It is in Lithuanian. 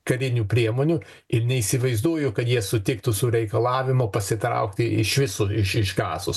karinių priemonių ir neįsivaizduoju kad jie sutiktų su reikalavimu pasitraukti iš viso iš iš gazos